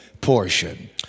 portion